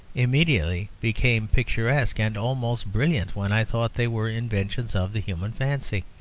immediately became picturesque and almost brilliant when i thought they were inventions of the human fancy.